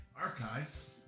archives